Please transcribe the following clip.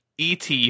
et